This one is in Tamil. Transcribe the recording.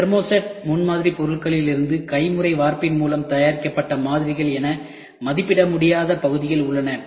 தெர்மோசெட் முன்மாதிரி பொருட்களிலிருந்து கைமுறை வார்ப்பு மூலம் தயாரிக்கப்பட்ட மாதிரிகள் என மதிப்பிட முடியாத பகுதிகள் உள்ளன